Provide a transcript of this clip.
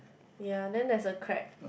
yea then there's a crab